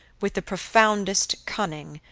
with the profoundest cunning,